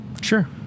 sure